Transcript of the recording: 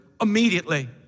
immediately